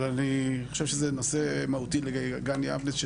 אבל אני חושב שזה נושא מהותי לגן יבנה.